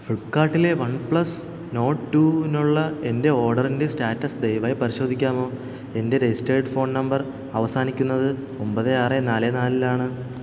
ഫ്ലിപ്ക്കാർട്ടിലെ one plus note ടുവിനുള്ള എന്റെ ഓർഡറിന്റെ സ്റ്റാറ്റസ് ദയവായി പരിശോധിക്കാമോ എന്റെ രജിസ്റ്റേർഡ് ഫോൺ നമ്പർ അവസാനിക്കുന്നത് ഒമ്പത് ആറ് നാല് നാലിലാണ്